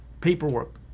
Paperwork